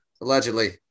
Allegedly